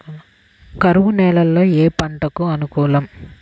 కరువు నేలలో ఏ పంటకు అనుకూలం?